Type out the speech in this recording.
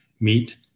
meet